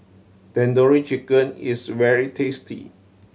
Tandoori Chicken is very tasty